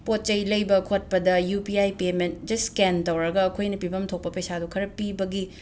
ꯄꯣꯠ ꯆꯩ ꯂꯩꯕ ꯈꯣꯠꯄꯗ U P I payment just scan ꯇꯧꯔꯒ ꯑꯩꯈꯣꯏꯅ ꯄꯤꯐꯝ ꯊꯣꯛꯄ ꯄꯩꯁꯥꯗꯨ ꯈꯔ ꯄꯤꯕꯒꯤ